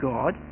God